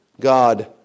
God